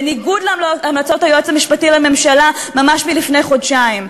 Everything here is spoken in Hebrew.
בניגוד להמלצות היועץ המשפטי לממשלה ממש מלפני חודשיים.